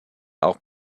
auch